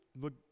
look